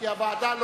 כי הוועדה,